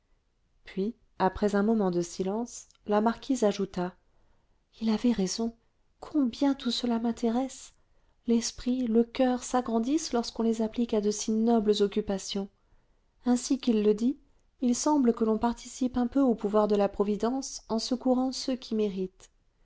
puis après un moment de silence la marquise ajouta il avait raison combien tout cela m'intéresse l'esprit le coeur s'agrandissent lorsqu'on les applique à de si nobles occupations ainsi qu'il le dit il semble que l'on participe un peu au pouvoir de la providence en secourant ceux qui méritent